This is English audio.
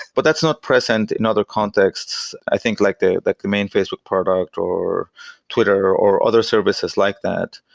but that's not present in other contexts. i think like the the main phase with product or twitter or other services like that,